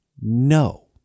no